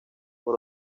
por